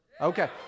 Okay